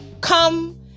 come